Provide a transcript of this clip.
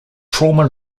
trauma